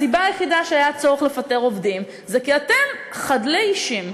הסיבה היחידה לכך שהיה צורך לפטר עובדים היא כי אתם חדלי אישים,